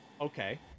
okay